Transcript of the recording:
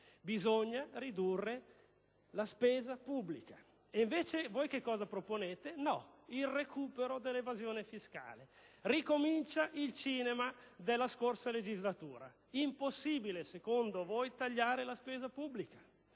Bisogna ridurre la spesa pubblica. Invece voi proponete il recupero dell'evasione fiscale. Ricomincia lo stesso spettacolo della scorsa legislatura: è impossibile, secondo voi, tagliare la spesa pubblica.